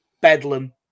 bedlam